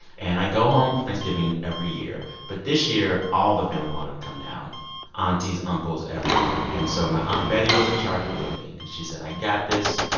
and i go home for thanksgiving every year. but this year, all the family wanted to come down aunties, uncles, everyone. and so my aunt betty was in charge of cooking. and she said, i got this.